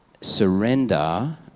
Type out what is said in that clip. surrender